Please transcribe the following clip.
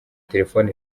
telefone